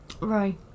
Right